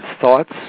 thoughts